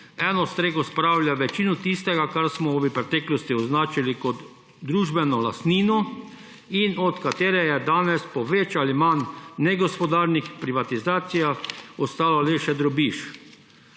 eno streho spravlja večino tistega, kar smo v preteklosti označili kot družbeno lastnino in od katere je danes po več ali manj negospodarnih privatizacijah ostal le še drobiž.